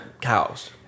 cows